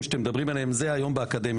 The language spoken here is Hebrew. שאתם מדברים עליהם זה נמצא היום באוניברסיטאות,